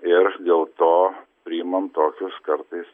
ir dėl to priimam tokius kartais